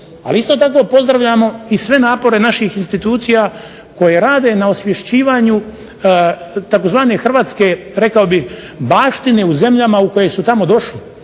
Ali isto tako pozdravljamo i sve napore naših institucija koje rade na osvješćivanju tzv. Hrvatske baštine u zemljama u koje su tamo došli.